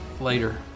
Later